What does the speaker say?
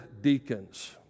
deacons